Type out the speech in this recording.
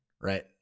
right